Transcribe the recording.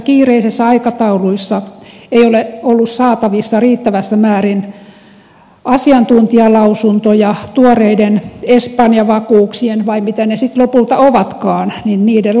kiireisessä aikataulussa ei ole ollut saatavissa riittävässä määrin asiantuntijalausuntoja tuoreiden espanja vakuuksien vai mitä ne sitten lopulta ovatkaan laadusta